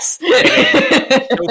yes